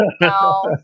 no